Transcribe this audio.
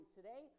Today